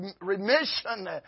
remission